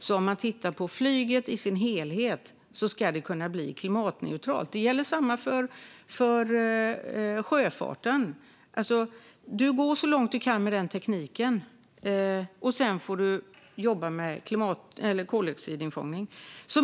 Sett till flyget i dess helhet ska det kunna bli klimatneutralt, och detsamma gäller sjöfarten. Man går så långt man kan med tekniken, och sedan får man jobba med koldioxidinfångning.